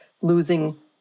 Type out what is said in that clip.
losing